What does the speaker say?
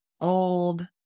old